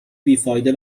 بیفایده